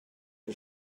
can